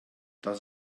das